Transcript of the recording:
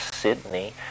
Sydney